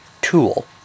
tool